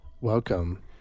Welcome